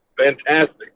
Fantastic